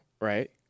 right